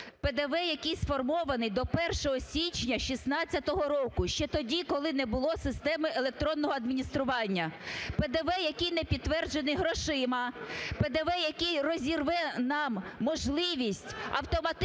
ПДВ, який сформований до 1 січня 2016 року, ще тоді, коли не було системи електронного адміністрування, ПДВ, який не підтверджений грошима, ПДВ, який розірве нам можливість автоматичного